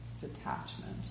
detachment